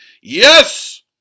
YES